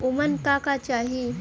उमन का का चाही?